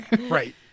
Right